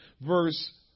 verse